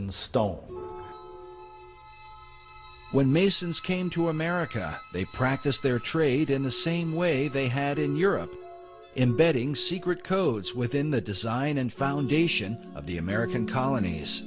and stone when masons came to america they practiced their trade in the same way they had in europe embedding secret codes within the design and foundation of the american colonies